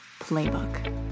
Playbook